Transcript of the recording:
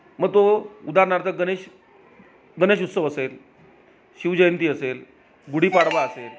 मग तो उदाहरणार्थ गणेश गणेश उत्सव असेल शिवजयंती असेल गुढीपाडवा असेल